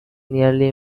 nearly